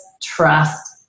trust